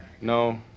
No